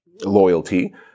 loyalty